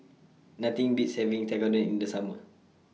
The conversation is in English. Nothing Beats having Tekkadon in The Summer